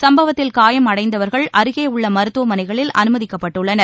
சும்பவத்தில் காயம் அடைந்தவர்கள் அருகே உள்ள மருத்துவமனைகளில் அனுமதிக்கப்பட்டுள்ளனர்